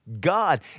God